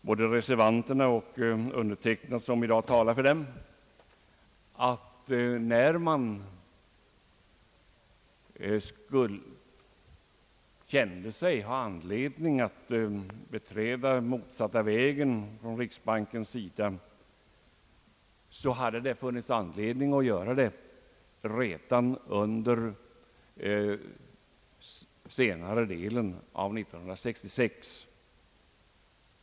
Både reservanterna och jag, som i dag talar för reservationen, anser att när man från riksbankens sida kände sig ha anledning att beträda den motsatta vägen hade det funnits anledning att göra det redan under senare delen av 1966.